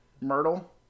Myrtle